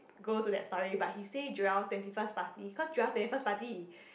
go to that story but he say Joel twenty first party cause Joel twenty first party